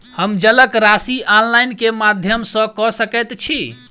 हम जलक राशि ऑनलाइन केँ माध्यम सँ कऽ सकैत छी?